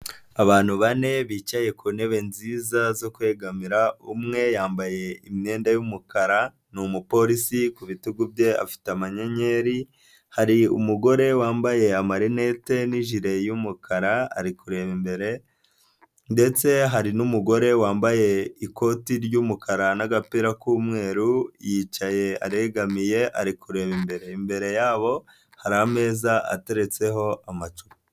Abantu bane bicaye ku ntebe nziza zo kwegamira, umwe yambaye imyenda y'umukara ni umupolisi ku bitugu bye afite amayenyeri, hari umugore wambaye amarinete n'ijire y'umukara ari kureba imbere, ndetse hari n'umugore wambaye ikoti ry'umukara n'agapira k'umweru, yicaye aregamiye ari kureba imbere. Imbere yabo hari ameza ateretseho amacupa.